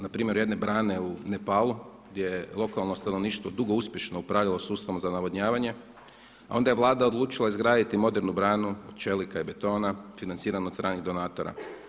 Na primjeru jedne brane u Nepalu gdje je lokalno stanovništvo dugo uspješno upravljalo sustavom za navodnjavanjem, a onda Vlada odlučila izgraditi modernu branu od čelika i betona financiranu od stranih donatora.